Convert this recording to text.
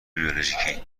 بیولوژیکی